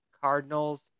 Cardinals